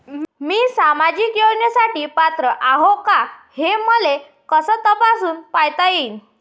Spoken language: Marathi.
मी सामाजिक योजनेसाठी पात्र आहो का, हे मले कस तपासून पायता येईन?